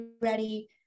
ready